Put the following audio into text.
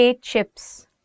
chips